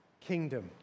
kingdom